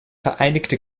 vereinigte